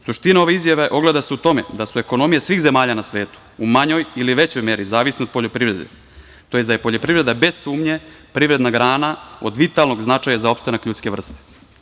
Suština ove izjave ogleda se u tome da su ekonomije svih zemalja na svetu u manjoj ili većoj meri, zavisne od poljoprivrede, tj. da je poljoprivreda bez sumnje privredna grana od vitalnog značaja za opstanak ljudske vrste.